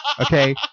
Okay